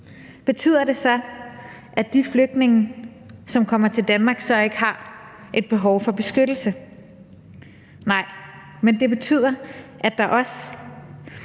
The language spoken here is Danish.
Betyder det så, at de flygtninge, som kommer til Danmark, så ikke har et behov for beskyttelse? Nej, men det betyder, at der også